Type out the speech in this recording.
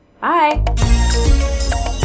Bye